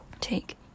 take